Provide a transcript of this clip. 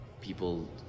people